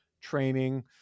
training